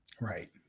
right